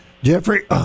Jeffrey